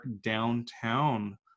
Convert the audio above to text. downtown